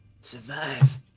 Survive